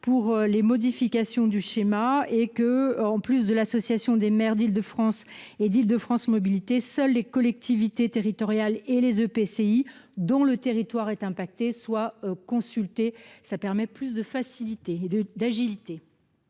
pour les modifications du schéma et que en plus de l'association des maires d'île de france et d'île de france mobilité seules les collectivités territoriales et les p c i dont le territoire est impacté soient consultés ce qui permett plus de facilité et d'agilité